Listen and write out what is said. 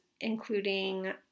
including